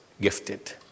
gifted